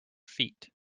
feet